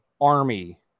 army